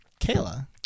kayla